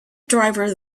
driver